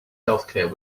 healthcare